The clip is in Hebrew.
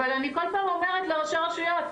אבל אני כל פעם אומרת לראשי הרשויות,